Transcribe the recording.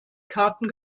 karten